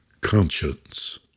conscience